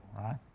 right